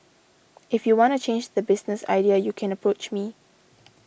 if you wanna change the business idea U can approach me